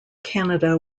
canada